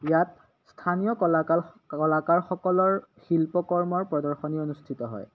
ইয়াত স্থানীয় কলাকাল কলাকাৰসকলৰ শিল্পকৰ্মৰ প্ৰদৰ্শনী অনুষ্ঠিত হয়